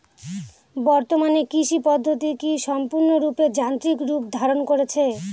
বর্তমানে কৃষি পদ্ধতি কি সম্পূর্ণরূপে যান্ত্রিক রূপ ধারণ করেছে?